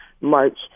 March